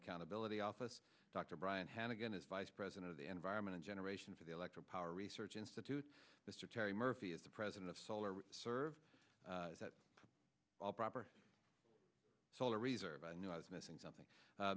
accountability office dr brian hannigan is vice president of the environmental generation for the electric power research institute mr terry murphy is the president of solar which served all proper solar reserve i knew i was missing something